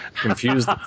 confused